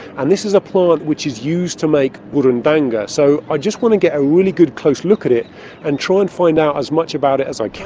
and this is a plant which is used to make burundanga, so i just want to get a really good close look at it and try and find out as much about it as i